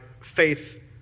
faith